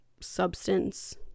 substance